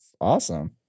awesome